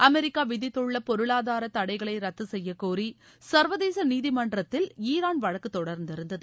America விதித்துள்ள பொருளாதார தடைகளை ரத்து செய்யக்கோரி சர்வதேச நீதிமன்றத்தில் ஈரான் வழக்கு தொடர்ந்திருந்தது